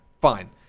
Fine